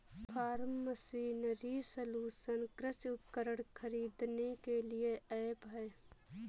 form machinery solution कृषि उपकरण खरीदने के लिए ऐप है